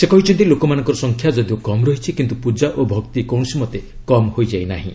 ସେ କହିଛନ୍ତି ଲୋକମାନଙ୍କର ସଂଖ୍ୟା ଯଦିଓ କମ୍ ରହିଛି କିନ୍ତୁ ପୂଜା ଓ ଭକ୍ତି କୌଣସି ମତେ କମ୍ ହୋଇଯାଇନାହିଁ